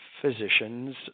physicians